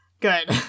good